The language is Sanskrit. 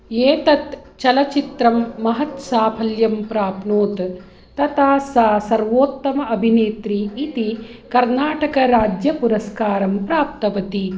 एतत् चलचित्रं महत् साफल्यं प्राप्नोत् तथा सा सर्वोत्तम अभिनेत्री इति कर्नाटकराज्यपुरस्कारं प्राप्तवती